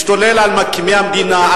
משתולל על מקימי המדינה,